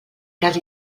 cas